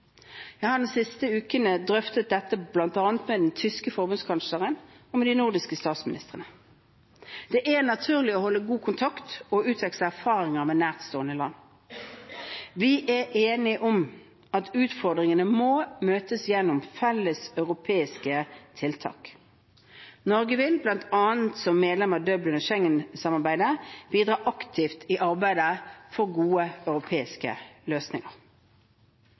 Jeg har de siste ukene drøftet dette med bl.a. den tyske forbundskansleren og med de nordiske statsministrene. Det er naturlig å holde god kontakt og utveksle erfaringer med nærstående land. Vi er enige om at utfordringene må møtes gjennom felles europeiske tiltak. Norge vil, bl.a. som medlem av Dublin- og Schengen-samarbeidet, bidra aktivt i arbeidet med å finne gode europeiske løsninger.